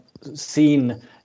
seen